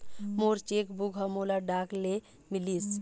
मोर cheque book ह मोला डाक ले मिलिस